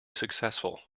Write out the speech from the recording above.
successful